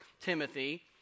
Timothy